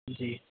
جی